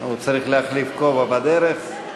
הוא צריך להחליף כובע בדרך.